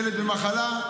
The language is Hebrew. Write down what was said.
ילד במחלה.